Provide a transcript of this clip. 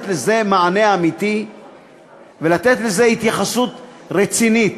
לזה מענה אמיתי ולתת לזה התייחסות רצינית.